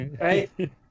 Right